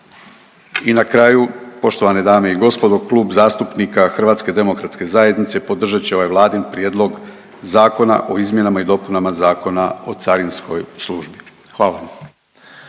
I na kraju poštovane dame i gospodo Klub zastupnika HDZ-a, podržat će ovaj Vladin Prijedlog Zakona o Izmjenama i dopunama Zakona o carinskoj službi. Hvala